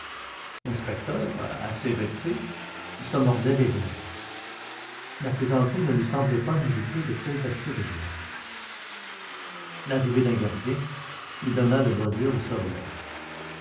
l'inspecteur assez vexé se mordait les lèvres la plaisanterie ne lui semblait pas mériter de tels accès de joie l'arrivée d'un gardien lui donna le loisir de se remettre